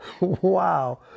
wow